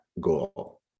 goal